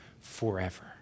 forever